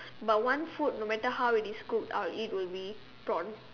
but one food no matter how it is cooked I'll eat will be prawn